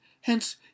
Hence